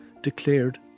declared